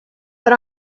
but